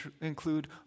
include